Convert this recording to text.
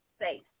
SAFE